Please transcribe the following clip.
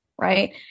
right